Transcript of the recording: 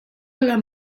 alla